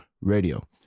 radio